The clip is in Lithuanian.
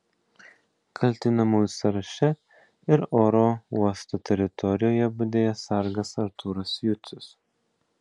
kaltinamųjų sąraše ir oro uosto teritorijoje budėjęs sargas artūras jucius